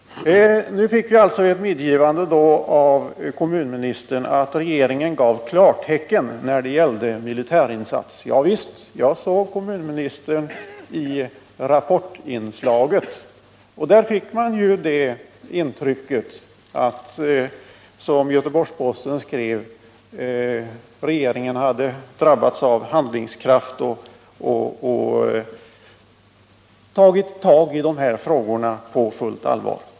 Nu fick vi ett medgivande av kommunministern att regeringen gav klartecken till militärinsats. Javisst, jag såg kommunministern i Rapportinslaget. Där fick man ju det intrycket att, som Göteborgs-Posten skrev, regeringen hade drabbats av handlingskraft och tagit tag i de här frågorna på fullt allvar.